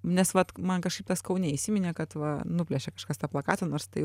nes vat man kažkaip tas kaune įsiminė kad va nuplėšė kažkas tą plakatą nors tai